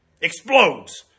Explodes